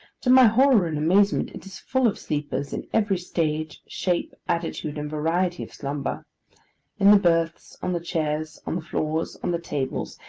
to my horror and amazement it is full of sleepers in every stage, shape, attitude, and variety of slumber in the berths, on the chairs, on the floors, on the tables,